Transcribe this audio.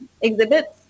exhibits